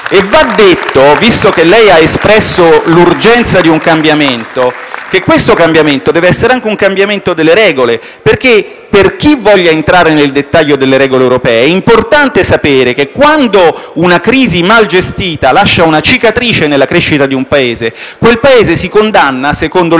Inoltre, visto che lei ha espresso l'urgenza di un cambiamento, va detto che dovrebbe trattarsi anche di un cambiamento delle regole, perché per chi voglia entrare nel dettaglio delle regole europee è importante sapere che quando una crisi malgestita lascia una cicatrice nella crescita di un Paese, secondo le regole europee